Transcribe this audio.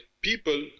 people